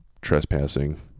trespassing